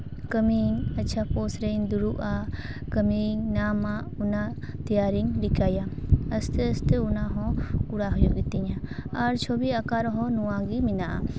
ᱠᱟᱹᱢᱤ ᱟᱪᱪᱷᱟ ᱯᱳᱥᱴ ᱨᱤᱧ ᱫᱩᱲᱩᱵᱟ ᱠᱟᱹᱢᱤᱧ ᱱᱟᱢᱟ ᱚᱱᱟ ᱛᱮᱭᱟᱨᱤᱧ ᱨᱤᱠᱟ ᱭᱟ ᱟᱥᱛᱮ ᱟᱥᱛᱮ ᱚᱱᱟ ᱦᱚᱸ ᱠᱚᱨᱟᱣ ᱦᱩᱭᱩᱜ ᱜᱮᱛᱤᱧᱟ ᱟᱨ ᱪᱷᱚᱵᱤ ᱟᱸᱠᱟᱣ ᱨᱮᱦᱚᱸ ᱱᱚᱣᱟᱜᱮ ᱢᱮᱱᱟᱜᱼᱟ